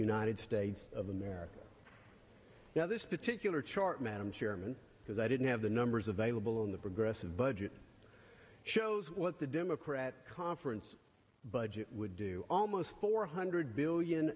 united states of america now this particular chart madam chairman because i didn't have the numbers available on the progressive budget shows what the democrat conference budget would do almost four hundred billion